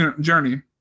journey